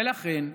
ולכן,